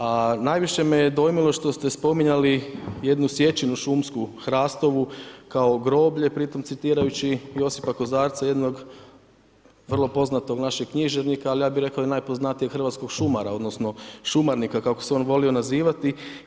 A najviše me dojmilo što ste spominjali jednu sječinu šumsku hrastovu kao groblje, pritom citirajući Josipa Kozarca, jednog vrlo poznatog našeg književnika ali ja bi rekao i najpoznatijeg hrvatskog šumara odnosno šumarnika kako se on volio nazivati.